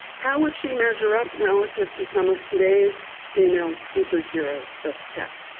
how would she measure up relative to some of today's female superheroes of tech?